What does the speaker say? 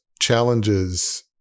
challenges